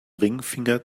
ringfinger